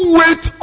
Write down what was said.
wait